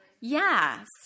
Yes